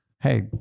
Hey